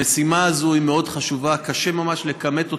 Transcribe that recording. המשימה הזו היא מאוד חשובה, קשה ממש לכמת אותה.